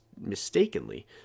mistakenly